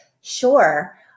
Sure